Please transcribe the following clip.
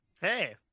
Hey